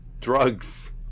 drugs